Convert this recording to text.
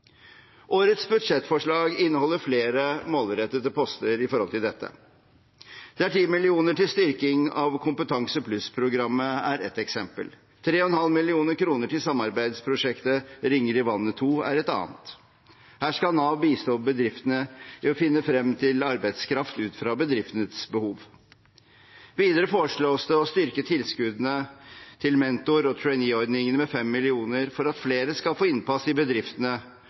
Årets budsjettforslag inneholder flere målrettede poster for dette. 10 mill. kr til styrking av Kompetansepluss-programmet er ett eksempel, 3,5 mill. kr til samarbeidsprosjektet Ringer i Vannet 2 er et annet. Her skal Nav bistå bedriftene med å finne frem til arbeidskraft ut fra bedriftenes behov. Videre foreslås det å styrke tilskuddene til mentor- og traineeordningene med 5 mill. kr for at flere skal få innpass i bedriftene